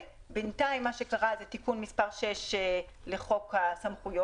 בינתיים מה שקרה זה תיקון מס' 6 לחוק הסמכויות,